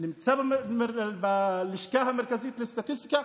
נמצא בלשכה המרכזית לסטטיסטיקה,